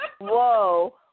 Whoa